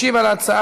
משיב על ההצעה,